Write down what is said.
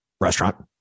restaurant